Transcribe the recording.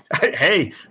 hey